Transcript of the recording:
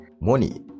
money